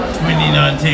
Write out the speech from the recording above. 2019